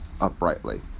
uprightly